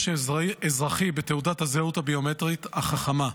אזרחי בתעודת הזהות הביומטרית החכמה.